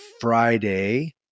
Friday